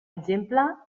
exemple